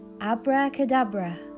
abracadabra